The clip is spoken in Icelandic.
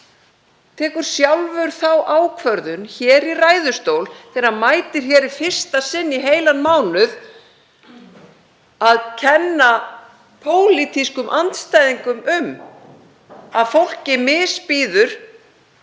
tekur sjálfur þá ákvörðun hér í ræðustól þegar hann mætir í fyrsta sinn í heilan mánuð að kenna pólitískum andstæðingum um að fólki misbjóði